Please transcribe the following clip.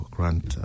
Grant